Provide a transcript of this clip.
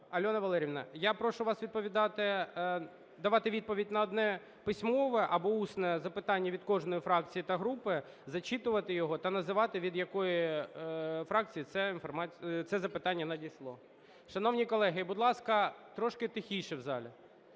Альоно Валеріївно, я прошу вас відповідати, давати відповідь на одне письмове або усне запитання від кожної фракції та групи, зачитувати його та називати від якої фракції це запитання надійшло. Шановні колеги, будь ласка, трошки тихіше в залі.